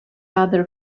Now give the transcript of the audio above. other